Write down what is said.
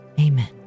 amen